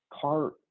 car